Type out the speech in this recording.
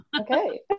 okay